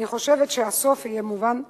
אני חושבת שהסוף יהיה מובן לכולם.